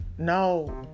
no